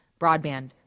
Broadband